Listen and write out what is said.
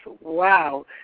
Wow